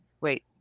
Wait